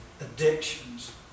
addictions